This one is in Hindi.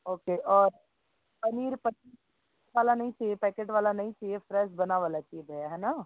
ओके और पनीर पनीर ये वाला नहीं चाहिए पैकेट वाला नहीं चहिए फ्रेस बना वाला चाहिए भैया है ना